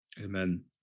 Amen